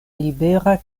libera